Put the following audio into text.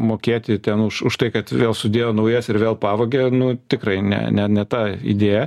mokėti ten už tai kad vėl sudėjo naujas ir vėl pavogė nu tikrai ne ne ne ta idėja